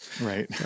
Right